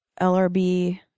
LRB